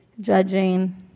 judging